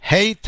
Hey